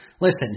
Listen